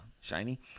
shiny